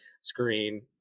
screen